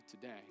today